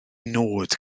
nod